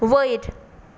वयर